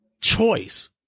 choice